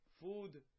Food